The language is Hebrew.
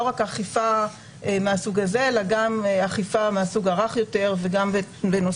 רק האכיפה מהסוג הזה אלא גם אכיפה מהסוג הרך יותר וגם בנושאי